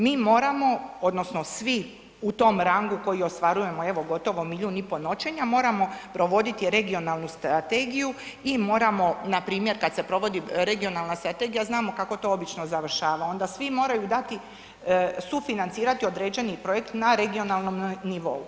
Mi moramo odnosno svi u tom rangu koji ostvarujemo evo gotovo 1,5 milijun noćenja moramo provoditi regionalnu strategiju i moramo npr. kad se provodi regionalna strategija znamo kako to obično završava, onda svi moraju dati sufinancirati određeni projekt na regionalnom nivou.